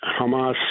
Hamas